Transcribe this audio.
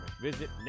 Visit